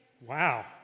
wow